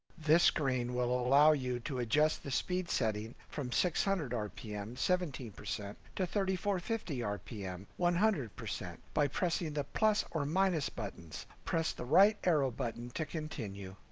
this screen will allow you to adjust the speed setting from six hundred rpm seventy percent to thirty four fifty rpm one hundred percent by pressing the plus or minus buttons. press the right arrow button to continue.